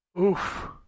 Oof